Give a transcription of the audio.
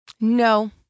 no